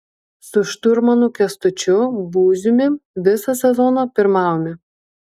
su šturmanu kęstučiu būziumi visą sezoną pirmavome